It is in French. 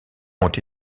ont